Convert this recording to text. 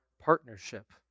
partnership